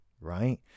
right